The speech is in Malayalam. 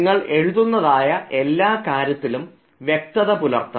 നിങ്ങൾ എഴുതുന്നതായ് എല്ലാ കാര്യത്തിലും വ്യക്തത പുലർത്തണം